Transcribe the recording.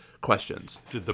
questions